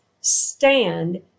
stand